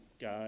God